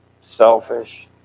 selfish